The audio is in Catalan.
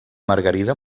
margarida